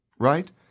Right